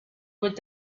would